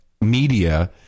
media